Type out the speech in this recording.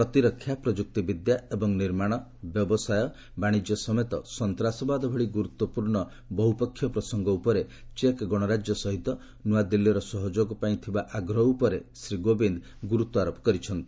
ପ୍ରତିରକ୍ଷା ପ୍ରମୁକ୍ତିବିଦ୍ୟା ଏବଂ ନିର୍ମାଣ ବ୍ୟବସାୟ ବାଶିଜ୍ୟ ସମେତ ସନ୍ତାସବାଦ ଭଳି ଗୁରୁତ୍ୱପୂର୍ଣ୍ଣ ବହୁପକ୍ଷୀୟ ପ୍ରସଙ୍ଗ ଉପରେ ଚେକ୍ ଗଶରାଜ୍ୟ ସହିତ ନ୍ତଆଦିଲ୍ଲୀର ସହଯୋଗପାଇଁ ଥିବା ଆଗ୍ରହ ଉପରେ ଶ୍ରୀ ଗୋବିନ୍ଦ୍ ଗୁରୁତ୍ୱ ଆରୋପ କରିଛନ୍ତି